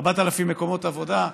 4,000 מקומות עבודה.